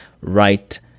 right